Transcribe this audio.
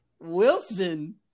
Wilson